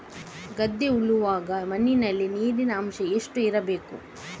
ಗದ್ದೆ ಉಳುವಾಗ ಮಣ್ಣಿನಲ್ಲಿ ನೀರಿನ ಅಂಶ ಎಷ್ಟು ಇರಬೇಕು?